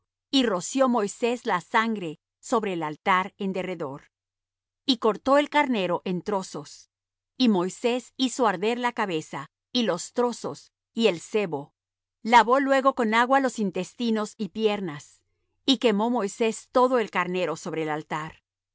y roció moisés la sangre sobre el altar en derredor y cortó el carnero en trozos y moisés hizo arder la cabeza y los trozos y el sebo lavó luego con agua los intestinos y piernas y quemó moisés todo el carnero sobre el altar